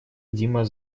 дима